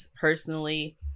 personally